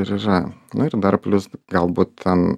ir yra na ir dar plius galbūt ten